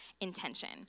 intention